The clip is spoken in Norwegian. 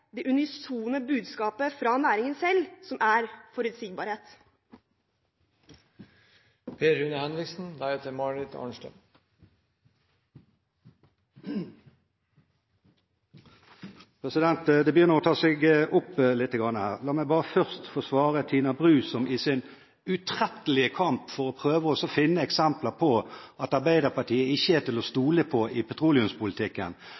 det unisone budskapet fra næringen selv, som er forutsigbarhet. Det begynner å ta seg opp lite grann her. La meg bare først få svare Tina Bru, som i sin utrettelige kamp for å prøve å finne eksempler på at Arbeiderpartiet ikke er til å